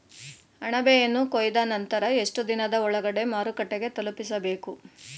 ಅಣಬೆಯನ್ನು ಕೊಯ್ದ ನಂತರ ಎಷ್ಟುದಿನದ ಒಳಗಡೆ ಮಾರುಕಟ್ಟೆ ತಲುಪಿಸಬೇಕು?